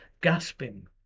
gasping